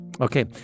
Okay